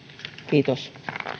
kiitos